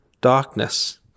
darkness